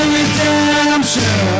redemption